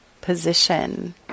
position